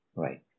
right